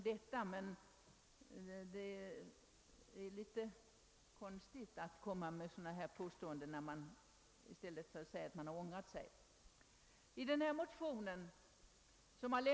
Det är konstigt att man gör sådana påståenden i stället för att erkänna att reservanterna under reservationen 2 ångrat sig.